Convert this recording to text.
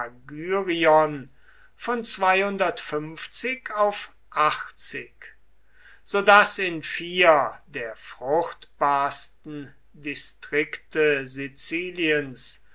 agyrion von auf so daß in vier der fruchtbarsten distrikte siziliens